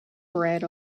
bread